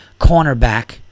cornerback